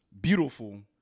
beautiful